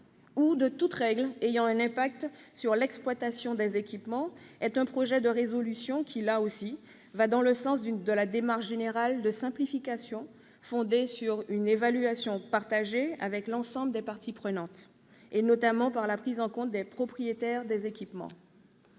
ou de toute règle ayant un impact sur l'exploitation des équipements va aussi dans le sens d'une démarche générale de simplification fondée sur une évaluation partagée avec l'ensemble des parties prenantes, et notamment de la prise en compte des propriétaires des équipements.